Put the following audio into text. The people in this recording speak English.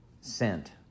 sent